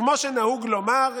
כמו שנהוג לומר,